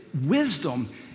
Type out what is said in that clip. wisdom